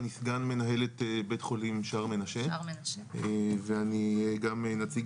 אני סגן מנהלת בי"ח "שער מנשה" ואני גם נציג